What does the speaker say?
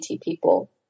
people